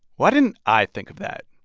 why didn't i think of that?